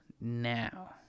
now